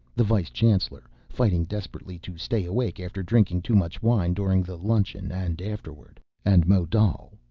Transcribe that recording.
the vice chancellor, fighting desperately to stay awake after drinking too much wine during the luncheon and afterward. and modal,